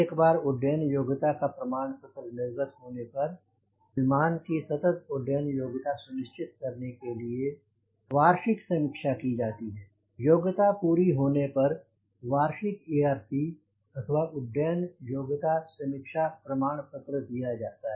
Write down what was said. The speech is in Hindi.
एक बार उड्डयन योग्यता का प्रमाण पत्र निर्गत होने पर विमान की सतत उड्डयन योग्यता सुनिश्चित करने के लिए वार्षिक समीक्षा की जाती है और योग्यता पूरी होने पर वार्षिक ARC अथवा उड्डयन योग्यता समीक्षा प्रमाण पत्र दिया जाता है